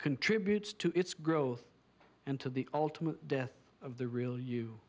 contributes to its growth and to the ultimate death of the real you